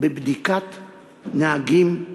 בבדיקת נהגים,